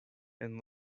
and